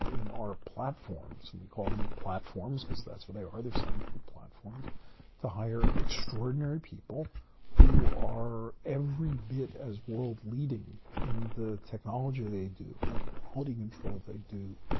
in our platforms and we call them platforms, because that's what they are they're scientific platforms to hire extraordinary people who are every bit as world-leading in the technology they do and the quality control they do